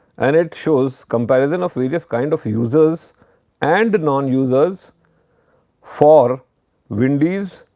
and it shows comparison of various kind of users and nonusers for wendy's,